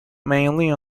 mainly